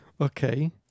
Okay